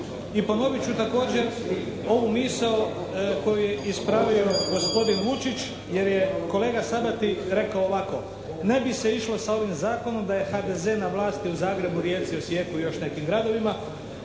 I ponovit ću također ovu misao koju je ispravio gospodin Vučić jer je kolega Sabati rekao ovako: «Ne bi se išlo sa ovim zakonom da je HDZ na vlasti u Zagrebu, Rijeci, Osijeku i još nekim gradovima.